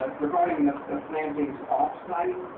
regarding the plantings off site,